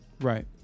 right